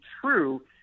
true